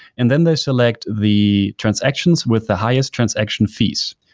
and then they select the transactions with the highest transaction fees.